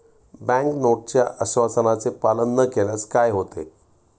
Bank नोटच्या आश्वासनाचे पालन न केल्यास काय होते?